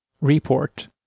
report